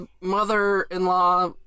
mother-in-law